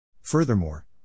Furthermore